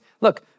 look